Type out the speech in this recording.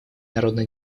народно